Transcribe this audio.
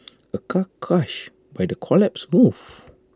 A car crushed by the collapsed roof